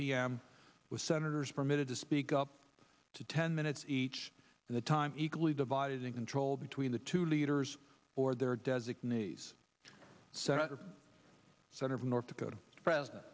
m with senators permitted to speak up to ten minute each the time equally divided in control between the two leaders or their designees senator senator from north dakota president